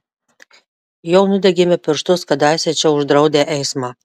jau nudegėme pirštus kadaise čia uždraudę eismą